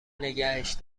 نگهش